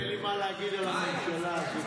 אין לי מה להגיד על הממשלה הזאת.